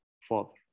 father